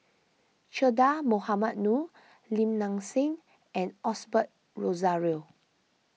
Che Dah Mohamed Noor Lim Nang Seng and Osbert Rozario